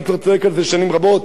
ואני כבר צועק על זה שנים רבות.